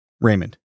Raymond